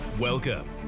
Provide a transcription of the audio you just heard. welcome